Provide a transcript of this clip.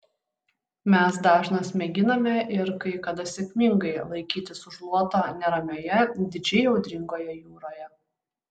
mes dažnas mėginame ir kai kada sėkmingai laikytis už luoto neramioje didžiai audringoje jūroje